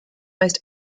most